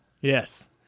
Yes